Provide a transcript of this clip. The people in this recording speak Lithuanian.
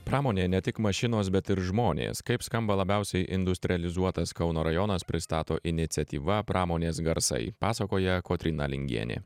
pramonė ne tik mašinos bet ir žmonės kaip skamba labiausiai industrializuotas kauno rajonas pristato iniciatyva pramonės garsai pasakoja kotryna lingienė